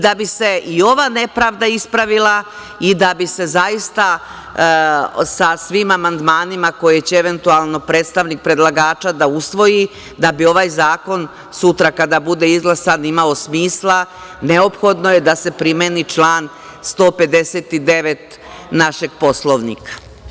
Da bi se i ova nepravda ispravila i da bi se zaista sa svim amandmanima koje će eventualno predstavnik predlagača da usvoji da bi ovaj zakon sutra, kada bude izglasan imao smisla, neophodno je da se primeni član 159. našeg Poslovnika.